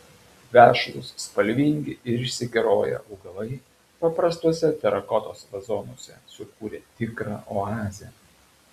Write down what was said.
vešlūs spalvingi ir išsikeroję augalai paprastuose terakotos vazonuose sukūrė tikrą oazę